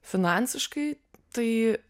finansiškai tai